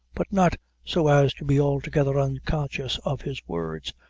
but not so as to be altogether unconscious of his words,